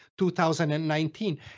2019